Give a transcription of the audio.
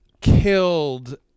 killed